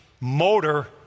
motor